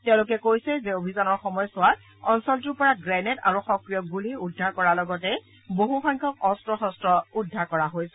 তেওঁলোকে কৈছে যে অভিযানৰ সময়ছোৱাত অঞ্চলটোৰ পৰা গ্ৰেনেড আৰু সক্ৰিয় গুলি উদ্ধাৰ কৰাৰ লগতে বহু সংখ্যক অস্ত্ৰ শস্ত্ৰ উদ্ধাৰ কৰা হৈছে